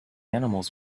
animals